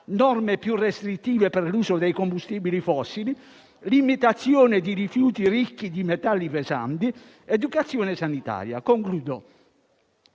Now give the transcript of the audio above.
norme più restrittive per l'uso dei combustibili fossili, limitazione di rifiuti ricchi di metalli pesanti, educazione sanitaria. Questo